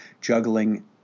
juggling